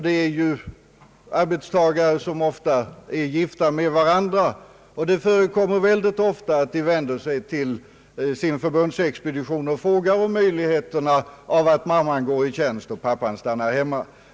Det är arbetstagare som ofta är gifta med varandra, och det är mycket vanligt att de vänder sig till sin förbundsexpedition och frågar om möjligheterna att mamman går i tjänst och pappan stannar hemma.